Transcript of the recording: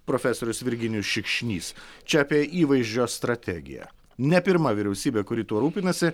profesorius virginijus šikšnys čia apie įvaizdžio strategiją ne pirma vyriausybė kuri tuo rūpinasi